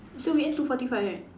so we end two forty five right